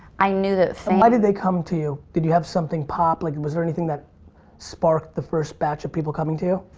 i knew that why did they come to you? did you have something pop? like was there anything that sparked the first batch of people coming to